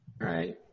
Right